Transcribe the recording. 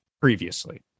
previously